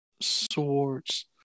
swords